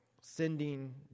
sending